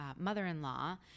mother-in-law